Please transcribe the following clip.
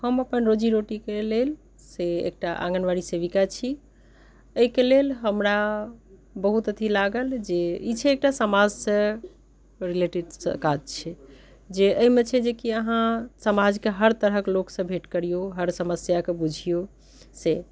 हम अपन रोजी रोटीके लेल से एकटा आँगनवाड़ी सेविका छी एहिके लेल हमरा बहुत अथी लागल जे ई छै एकटा समाजसँ रिलेटेड काज छै जे एहिमे छै कि अहाँ समाजके हर तरहके लोकसँ भेँट करियौ हर समस्याके बुझियौ से